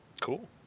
Cool